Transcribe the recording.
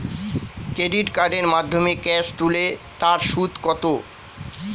Credit কার্ডের মাধ্যমে cash তুলে তার সুদ কত?